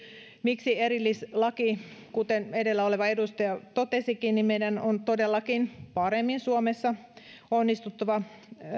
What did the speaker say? miksi erillislaki kuten edellä oleva edustaja totesikin niin meidän on todellakin paremmin suomessa onnistuttava